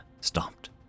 stopped